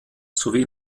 sowie